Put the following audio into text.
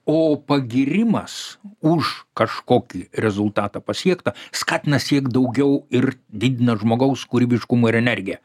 o pagyrimas už kažkokį rezultatą pasiektą skatina siekt daugiau ir didina žmogaus kūrybiškumą ir energiją